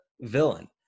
villain